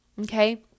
Okay